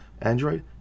android